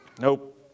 Nope